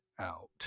out